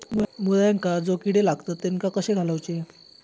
मुळ्यांका जो किडे लागतात तेनका कशे घालवचे?